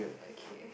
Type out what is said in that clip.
okay